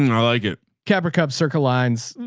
and or like it capra cubs circle lines.